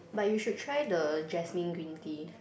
but you should try the jasmine green tea